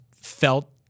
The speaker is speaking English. felt